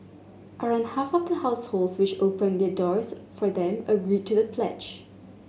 around half of the households which opened their doors for them agreed to the pledge